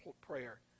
prayer